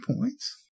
points